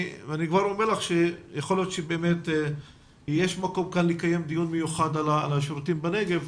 אני כבר אומר לך שיש מקום לקיים כאן דיון מיוחד על השירותים בנגב.